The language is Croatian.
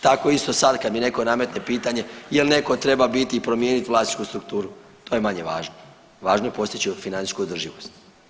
Tako isto sad kad mi netko nametne pitanje jel netko treba biti i promijeniti vlasničku strukturu to je manje važno, važno je postići financijsku održivost.